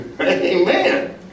Amen